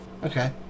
Okay